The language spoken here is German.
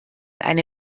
eine